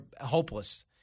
hopeless